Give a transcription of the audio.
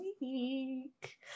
week